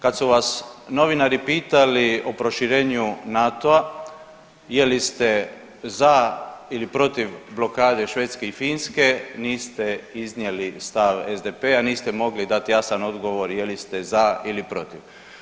Kad su vas novinari pitali o proširenju NATO-a je li ste za ili protiv blokade Švedske i Finske niste iznijeli stav SDP-a, niste mogli dati jasan odgovor je li ste za ili protiv.